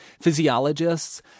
physiologists